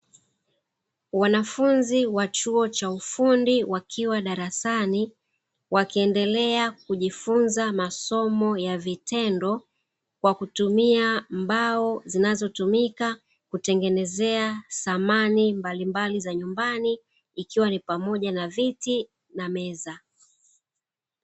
Wanafunzi wa chuo cha ufundi wakiwa darasani wakiendelea kujifunza masomo kwa vitendo, kwa kutumia mbao zinazotumika kutengenezea samani mbalimbali za nyumbani ikiwa ni pamoja na viti na meza.